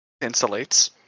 Insulates